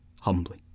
humbly